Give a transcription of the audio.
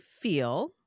feel